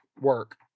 work